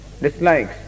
dislikes